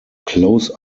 close